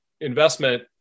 investment